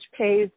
pays